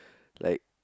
like